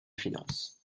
finances